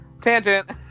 Tangent